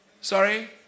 Sorry